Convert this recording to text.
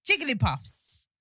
Jigglypuffs